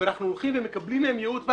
ואנחנו מקבלים מהם ייעוץ,